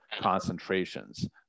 concentrations